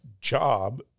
job